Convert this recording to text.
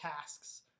tasks